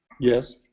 Yes